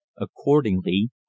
accordingly